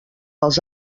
als